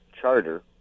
Charter